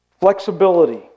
Flexibility